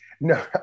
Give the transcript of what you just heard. No